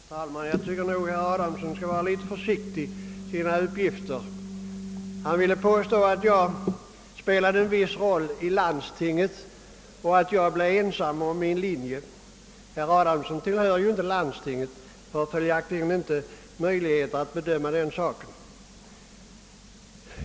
Herr talman! Jag tycker att herr Adamsson skall vara litet försiktig med sina uppgifter. Han ville påstå att jag spelade en viss roll i landstinget och att jag blev ensam om min linje. Herr Adamsson tillhör ju inte landstinget och har följaktligen inte möjlighet att bedöma den saken.